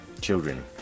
Children